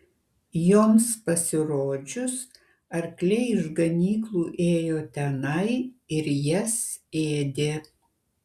joms pasirodžius arkliai iš ganyklų ėjo tenai ir jas ėdė